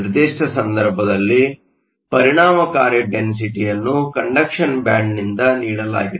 ಈ ನಿರ್ದಿಷ್ಟ ಸಂದರ್ಭದಲ್ಲಿ ಪರಿಣಾಮಾಕಾರಿ ಡೆನ್ಸಿಟಿಯನ್ನು ಕಂಡಕ್ಷನ್ ಬ್ಯಾಂಡ್ನಿಂದ ನೀಡಲಾಗಿದೆ